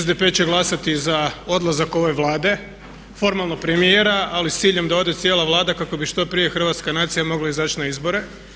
SDP će glasati za odlazak ove Vlade, formalno premijera ali s ciljem da ode cijela Vlada kako bi što prije Hrvatska nacija mogla izaći na izbore.